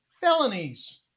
felonies